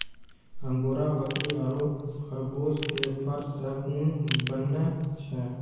angora बकरी आरो खरगोश के फर सॅ ऊन बनै छै